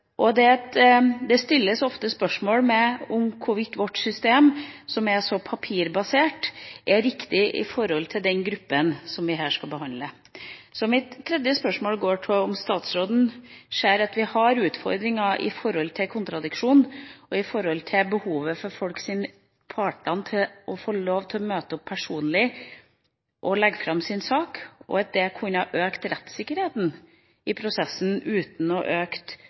Det stilles ofte spørsmål om hvorvidt vårt system, som er så papirbasert, er riktig når det gjelder den gruppa som vi her skal behandle. Så mitt tredje spørsmål er hvorvidt statsråden ser at vi har utfordringer med hensyn til kontradiksjon og med hensyn til behovet for at partene skal få møte opp personlig og legge fram sin sak, og at det kunne ha økt rettssikkerheten i prosessen uten å